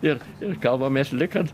ir kalbamės lyg kad